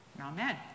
Amen